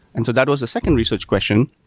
and so that was the second research question,